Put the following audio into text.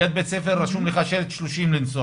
ליד בית ספר רשום לך שלט של 30 קמ"ש,